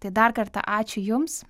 tai dar kartą ačiū jums